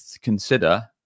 consider